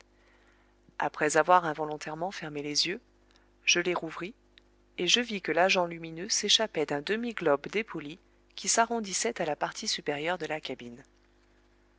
après avoir involontairement fermé les yeux je les rouvris et je vis que l'agent lumineux s'échappait d'un demi globe dépoli qui s'arrondissait à la partie supérieure de la cabine